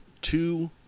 two